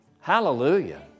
Hallelujah